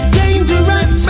dangerous